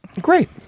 Great